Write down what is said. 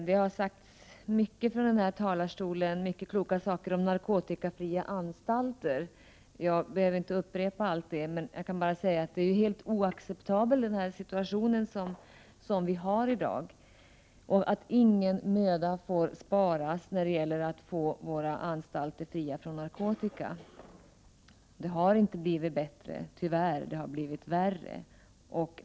Herr talman! Det har sagts många kloka saker om narkotikafria anstalter från kammarens talarstol. Jag behöver inte upprepa allt det — jag kan bara säga att den situation som vi i dag har är helt oacceptabel. Ingen möda får sparas när det gäller att göra våra anstalter fria från narkotika. Det har inte blivit bättre; tyvärr — det har blivit sämre.